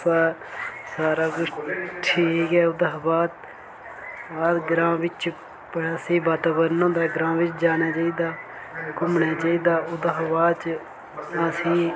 पर सारा किश ठीक गै ओह्दे हा बाद च हर ग्रांऽ बिच ऐसा ई वातावरण होंदा ऐ ग्रांऽ बिच जाना चाहिदा घुम्मना चाहिदा ओह्दे हा बाद च असेंगी